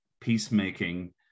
peacemaking